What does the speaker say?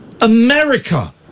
America